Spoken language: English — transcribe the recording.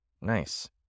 Nice